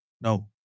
No